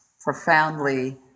profoundly